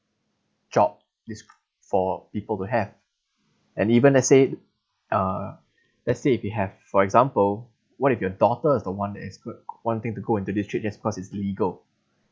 job is for people to have and even as said uh let's say if you have for example what if your daughter is the one desperate wanting to go into this trade just cause it's legal